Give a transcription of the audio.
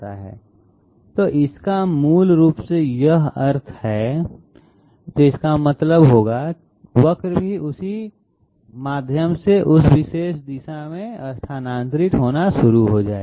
तो इसका मूल रूप से यह अर्थ है कि अगर मैं इस नियंत्रण बिंदु को बाहर की ओर शिफ्ट करता हूं तो ठीक है अगर यह शिफ्ट हो जाता है तो इसका मतलब होगा वक्र भी उसी माध्यम से उस विशेष दिशा में स्थानांतरित होना शुरू हो जाएगा